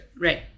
Right